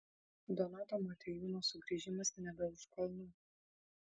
donato motiejūno sugrįžimas nebe už kalnų